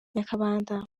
nyakabanda